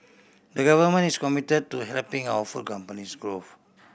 the Government is commit to helping our food companies grow